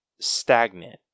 stagnant